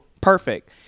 perfect